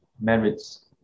merits